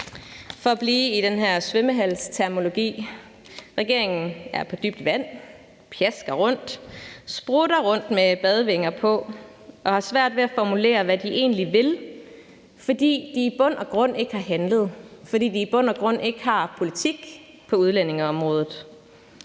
For at blive i den her svømmehalsterminologi, vil jeg sige, at regeringen er på dybt vand, den pjasker rundt, sprutter rundt med badevinger på og har svært ved at formulere, hvad de egentlig vil, fordi de i bund og grund ikke har handlet, fordi de i bund og grund ikke har politik på udlændingeområdet.